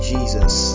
Jesus